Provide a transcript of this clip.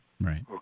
Right